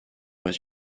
was